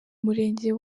murenge